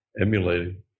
emulating